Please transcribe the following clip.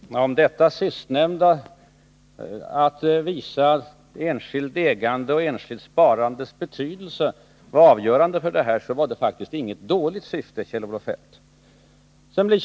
Herr talman! Om det varit vårt motiv att visa enskilt ägandes och enskilt sparandes betydelse, så var det faktiskt inget dåligt syfte, Kjell-Olof Feldt.